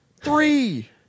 Three